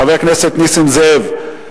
חבר הכנסת נסים זאב,